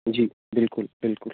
जी बिलकुल बिलकुल